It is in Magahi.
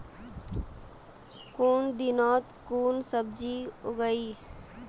कुन दिनोत कुन सब्जी उगेई?